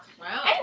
Wow